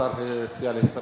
השר הציע להסתפק.